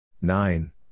Nine